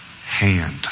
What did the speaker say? hand